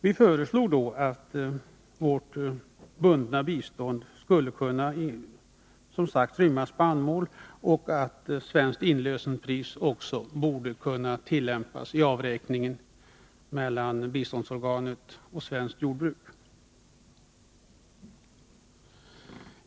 Vi föreslog då att vårt bundna bistånd skulle kunna inrymma spannmål och också att svenskt inlösenpris skulle kunna tillämpas i avräkningen mellan biståndsorganet och svenskt jordbruk.